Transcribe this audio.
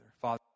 father